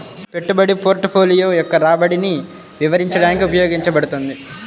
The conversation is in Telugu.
పెట్టుబడి పోర్ట్ఫోలియో యొక్క రాబడిని వివరించడానికి ఉపయోగించబడుతుంది